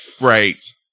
Right